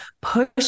push